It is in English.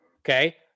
Okay